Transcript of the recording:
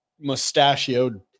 mustachioed